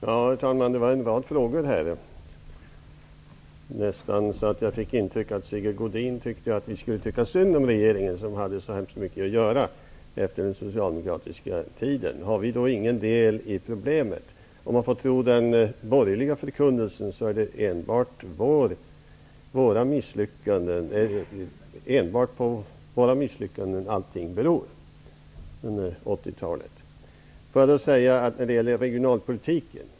Herr talman! Det kom en rad frågor här. Jag fick nästan intrycket av att Sigge Godin ville att vi skulle tycka synd om regeringen, som har så hemskt mycket att göra efter den socialdemokratiska regeringstiden. Han undrar om vi inte har någon del i problemet. Om man får tro den borgerliga förkunnelsen, så beror allting enbart på våra misslyckanden under 80-talet.